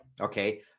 Okay